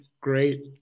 Great